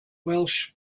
welsh